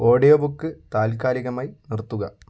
audiobook താൽക്കാലികമായി നിർത്തുക